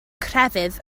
crefydd